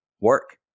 work